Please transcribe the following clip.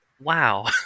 wow